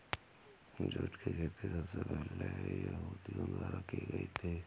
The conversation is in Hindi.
जूट की खेती सबसे पहले यहूदियों द्वारा की गयी थी